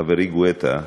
חברי גואטה,